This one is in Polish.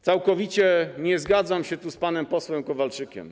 Całkowicie nie zgadzam się tu z panem posłem Kowalczykiem.